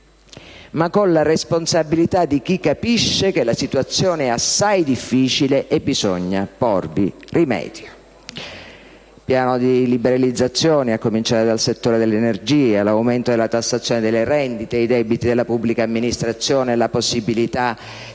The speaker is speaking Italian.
ma con la responsabilità di chi capisce che la situazione è assai difficile e bisogna porvi rimedio. Mi riferisco al piano delle liberalizzazioni, a cominciare dal settore dell'energia, all'aumento della tassazione delle rendite, ai debiti della pubblica amministrazione, alla possibilità di